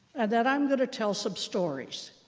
and that i'm going to tell some stories,